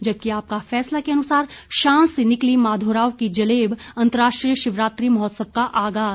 जबकि आपका फैसला के अनुसार शान से निकली माधोराव की जलेब अंतरराष्ट्रीय शिवरात्रि महोत्सव का आगाज़